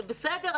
בסדר,